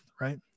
right